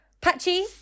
patchy